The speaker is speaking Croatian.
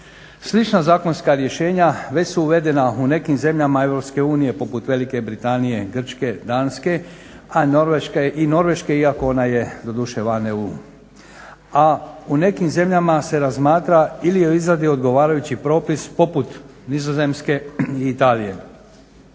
Slična zakonska rješenja već su uvedena u nekim zemljama EU poput Velike Britanije, Grčke, Danske a i Norveške iako je ona doduše van EU. A u nekim zemljama se razmatra ili o izradi odgovarajućih propisa poput Nizozemske i Italije.